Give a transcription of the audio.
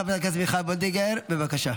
חברת הכנסת מיכל וולדיגר, בבקשה.